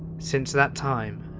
since that time,